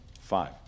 Five